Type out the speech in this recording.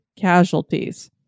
casualties